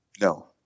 No